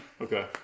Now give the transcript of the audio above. Okay